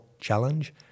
Challenge